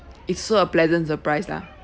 it's so a pleasant surprise lah